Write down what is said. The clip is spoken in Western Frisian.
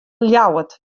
ljouwert